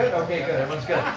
okay good, everyone's good.